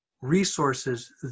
resources